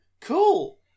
cool